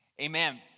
Amen